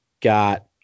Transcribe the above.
got